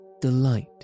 Delight